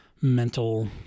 mental